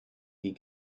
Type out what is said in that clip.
die